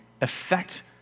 affect